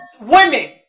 women